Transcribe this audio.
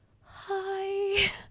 hi